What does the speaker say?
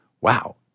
wow